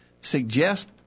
suggest